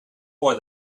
why